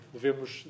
Devemos